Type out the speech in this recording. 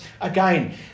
again